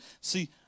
See